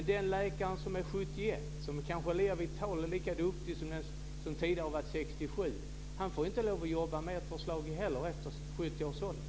Men den läkare som är 71 år, och kanske lika vital och lika duktig som den som är 67 år, får inte heller med ert förslag lov att jobba efter 70 års ålder.